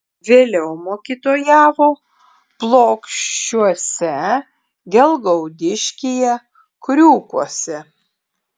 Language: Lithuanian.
vėliau mokytojavo plokščiuose gelgaudiškyje kriūkuose